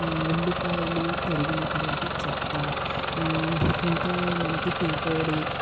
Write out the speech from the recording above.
ఉల్లిపాయలు తరిగినటువంటి చెత్త ఇంకా మనకి టీ పొడి